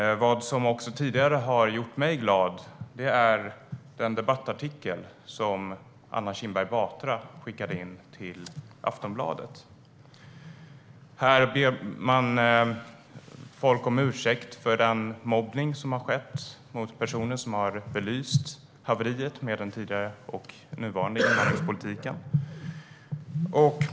Vad som tidigare har gjort mig glad är den debattartikel som Anna Kinberg Batra skickade in till Aftonbladet. Där ber man om ursäkt för den mobbning som har skett av personer som har belyst haveriet med den tidigare och den nuvarande invandringspolitiken.